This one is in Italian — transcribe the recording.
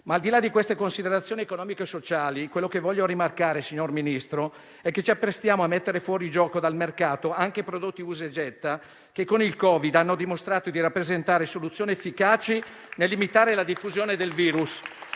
Al di là di queste considerazioni economiche e sociali, quello che desidero rimarcare, signor Ministro, è che ci apprestiamo a mettere fuori gioco dal mercato anche i prodotti usa e getta che con il Covid hanno dimostrato di rappresentare soluzioni efficaci nel limitare la diffusione del virus